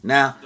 Now